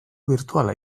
birtuala